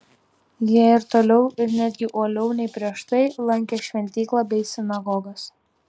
jie ir toliau ir netgi uoliau nei prieš tai lankė šventyklą bei sinagogas